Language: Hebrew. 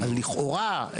אז לכאורה,